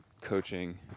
coaching